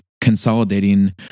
consolidating